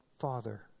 Father